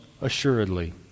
assuredly